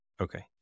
Okay